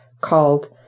called